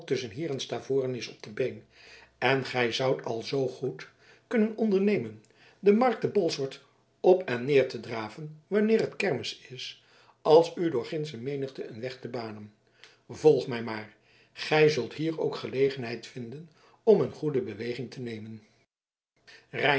hier en stavoren is op de been en gij zoudt al zoo goed kunnen ondernemen de markt te bolswart op en neer te draven wanneer het kermis is als u door gindsche menigte een weg te banen volg mij maar gij zult hier ook gelegenheid vinden om een goede beweging te nemen